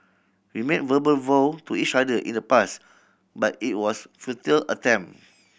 we made verbal vow to each other in the pass but it was futile attempt